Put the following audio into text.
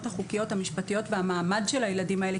החוקיות המשפטיות והמעמד של הילדים האלה,